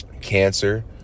cancer